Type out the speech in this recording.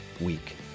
week